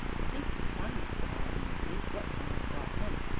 i think it is simon, said i uneasily what can have brought him?